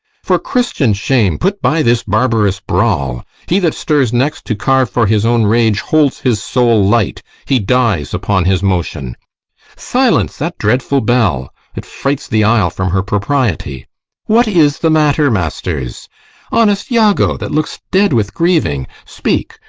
for christian shame, put by this barbarous brawl he that stirs next to carve for his own rage holds his soul light he dies upon his motion silence that dreadful bell it frights the isle from her propriety what is the matter, masters honest iago, that look'st dead with grieving, speak,